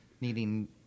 needing